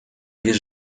без